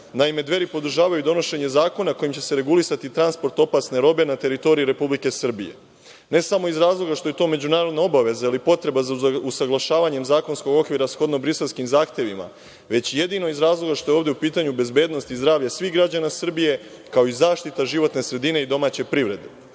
Naime, Dveri podržavaju donošenje zakona kojim će se regulisati transport opasne robe na teritoriji Republike Srbije, ne samo iz razloga što je to međunarodna obaveza ili potreba za usaglašavanje zakonskog okvira shodno Briselskim zahtevima, već jedino iz razloga što je ovde u pitanju bezbednost i zdravlje svih građana Srbije, kao i zaštita životne sredine i domaće privrede.